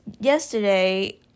Yesterday